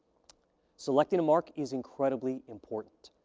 selecting a mark is incredibly important,